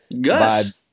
Gus